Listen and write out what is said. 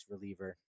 reliever